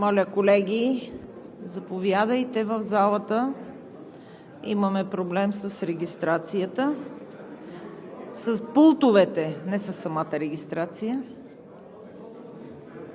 Моля, колеги, заповядайте в залата. Имаме проблем с регистрацията – с пултовете, не със самата регистрация.